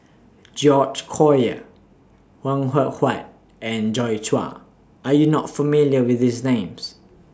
George Collyer Png Eng Huat and Joi Chua Are YOU not familiar with These Names